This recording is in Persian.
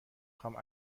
خوام